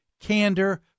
candor